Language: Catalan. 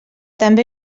també